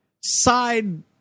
side